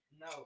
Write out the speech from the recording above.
No